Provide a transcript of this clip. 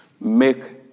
make